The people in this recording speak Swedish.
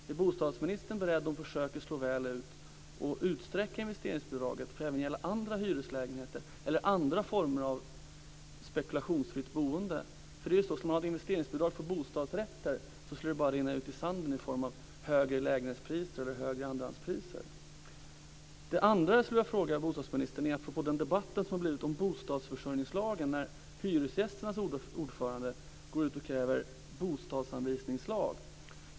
Är bostadsministern beredd, om försöket slår väl ut, att utsträcka investeringsbidraget till att gälla andra hyreslägenheter eller andra former av spekulationsfritt boende? Skulle man ha ett investeringsbidrag för bostadsrätter skulle det bara rinna ut i sanden i form av högre lägenhetspriser och andrahandspriser. Det är en annan sak som jag vill fråga bostadsministern om apropå debatten om bostadsförsörjningslagen, där Hyresgästföreningens ordförande går ut och kräver en bostadsanvisningslag.